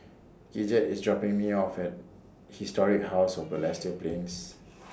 Gidget IS dropping Me off At Historic House of Balestier Plains